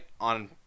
on